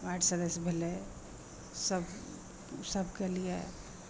ward सदस्य भेलै सभ सभकेँ लिए